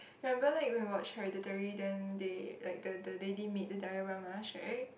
remember like when we watch hereditary then they like the the lady made the dilemmas right